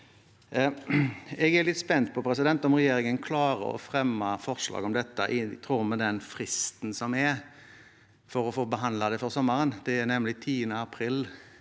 Jeg er litt spent på om regjeringen klarer å fremme forslag om dette i tråd med den fristen som er, for å få behandlet det før sommeren. Den 10. april